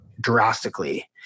drastically